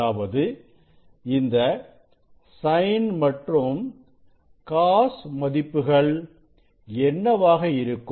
அதாவது இந்த sin மற்றும் cos மதிப்புகள் என்னவாக இருக்கும்